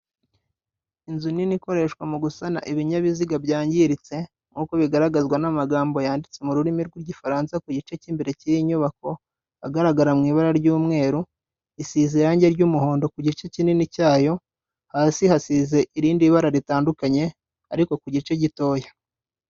Inzu nini ikoreshwa mu gusana ibinyabiziga byangiritse, nk'uko bigaragazwa n'amagambo yanditse mu rurimi rw'igifaransa ku gice cy'imbere cy'iyi nyubako, agaragara mu ibara ry'umweru, isize irangi ry'umuhondo ku gice kinini cyayo, hasi hasize irindi bara ritandukanye, ariko ku gice gitoya.